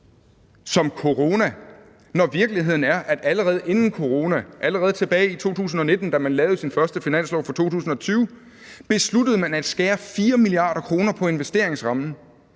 som corona, når virkeligheden er, at man allerede inden coronaen, allerede tilbage i 2019, da man lavede sin første finanslov for 2020, besluttede at skære 4 mia. kr. af investeringsrammen.